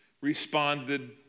responded